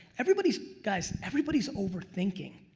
everybody's, guys, everybody's overthinking.